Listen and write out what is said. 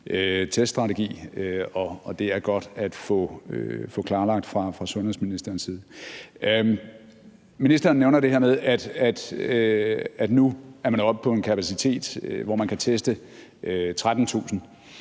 teststrategi, og det er godt at få klarlagt fra sundhedsministerens side. Ministeren nævner det her med, at man nu er oppe på en kapacitet, hvor man kan teste 13.000.